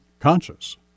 conscious